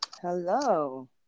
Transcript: Hello